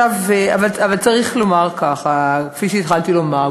אבל צריך לומר כך: כפי שהתחלתי לומר,